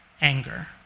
Anger